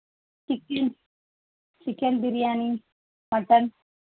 chicken chicken biryani mutton